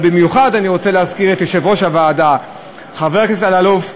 אבל במיוחד אני רוצה להזכיר את יושב-ראש הוועדה חבר הכנסת אלאלוף,